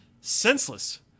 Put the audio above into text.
senseless